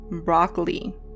broccoli